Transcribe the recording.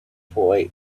toy